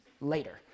later